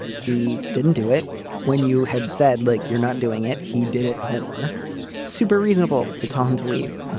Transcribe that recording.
he didn't do it when you had said, like, you're not doing it. he did it more super reasonable to tell him to leave.